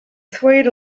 swayed